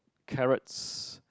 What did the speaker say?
carrots